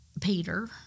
Peter